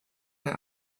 der